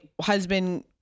husband